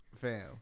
Fam